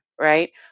Right